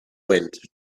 wind